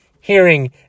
hearing